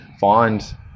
find